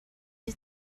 you